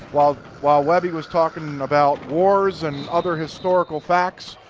while while weppy was talking about wars and other historical facts.